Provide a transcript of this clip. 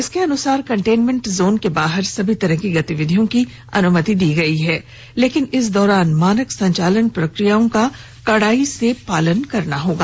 इसके अनुसार containment zone के बाहर सभी तरह की गतिविधियों की अनुमति दी गई है लेकिन इस दौरान मानक संचालन प्रक्रियाओं का कडाई से पालन करना होगा